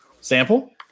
Sample